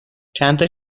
چندتا